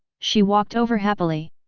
she walked over happily.